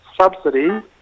subsidy